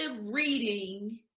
reading